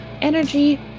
Energy